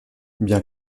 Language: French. bien